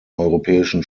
europäischen